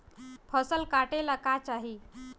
फसल काटेला का चाही?